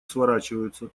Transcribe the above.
сворачиваются